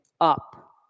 up